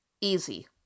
easy